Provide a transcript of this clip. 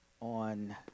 on